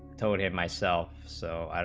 toted myself so